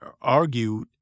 argued